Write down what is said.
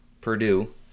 Purdue